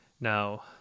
Now